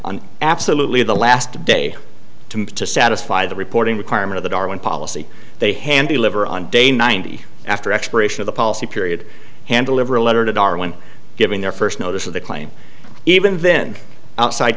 absolutely the last day to satisfy the reporting requirement of the darwin policy they hand the liver on day ninety after expiration of the policy period handle live or a letter to darwin giving their first notice of the claim even then outside